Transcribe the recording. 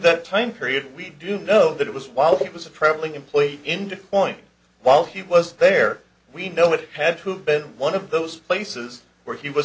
that time period we do know that it was while he was a probably employee end point while he was there we know it had to have been one of those places where he was